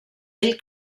ell